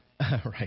Right